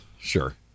Sure